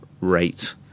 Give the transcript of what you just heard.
rate